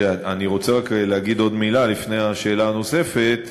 אני רוצה רק להגיד עוד מילה לפני השאלה הנוספת: